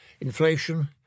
inflation